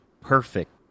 perfect